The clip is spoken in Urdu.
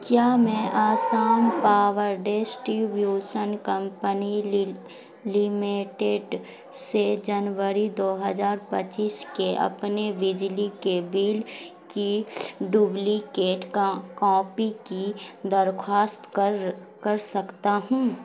کیا میں Assam power distribution company limited سے جنوری دو ہزار پچیس کے اپنے بجلی کے بل کی ڈبلیکیٹ کا کاپی کی درخواست کر کر سکتا ہوں